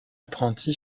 apprenti